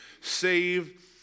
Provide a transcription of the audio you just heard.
save